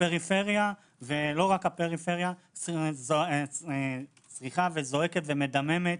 הפריפריה, ולא רק הפריפריה, זועקת ומדממת.